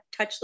touchless